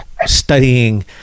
studying